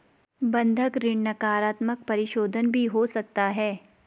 बंधक ऋण नकारात्मक परिशोधन भी हो सकता है